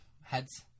heads